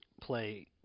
play